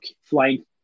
flying